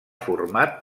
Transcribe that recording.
format